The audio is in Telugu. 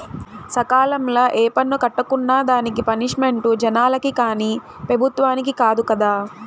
సకాలంల ఏ పన్ను కట్టుకున్నా దానికి పనిష్మెంటు జనాలకి కానీ పెబుత్వలకి కాదు కదా